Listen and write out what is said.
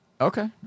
Okay